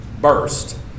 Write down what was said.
burst